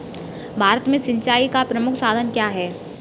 भारत में सिंचाई का प्रमुख साधन क्या है?